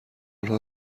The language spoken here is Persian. انها